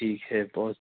ٹھیک ہے بہت